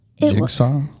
jigsaw